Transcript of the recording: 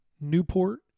Newport